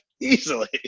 easily